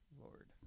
Lord